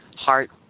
heart